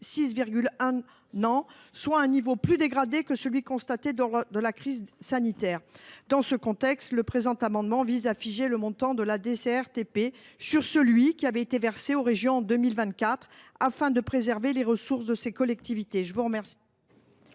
6,1 ans, soit un niveau plus dégradé que celui qui a été constaté lors de la crise sanitaire. Dans ce contexte, le présent amendement vise à figer le montant de la DCRTP sur celui qui a été versé aux régions en 2024, afin de préserver les ressources de ces collectivités.